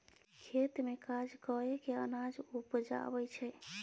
खेत मे काज कय केँ अनाज उपजाबै छै